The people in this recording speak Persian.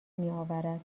میآورد